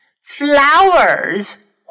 Flowers